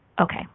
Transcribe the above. Okay